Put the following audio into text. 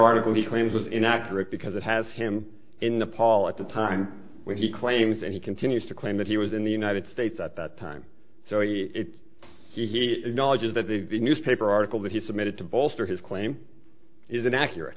article he claims was inaccurate because it has him in the paul at the time when he claims and he continues to claim that he was in the united states at that time so in the knowledge that the newspaper article that he submitted to bolster his claim is inaccurate